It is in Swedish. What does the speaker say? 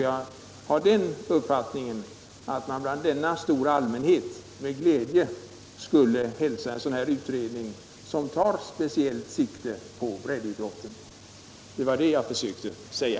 Jag har alltså uppfattningen att den stora allmänheten med glädje skulle hälsa en utredning som tar speciellt sikte på breddidrotten. Det var det jag försökte säga.